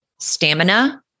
stamina